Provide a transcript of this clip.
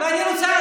אני רוצה,